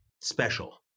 special